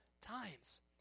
times